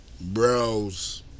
bros